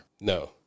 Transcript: No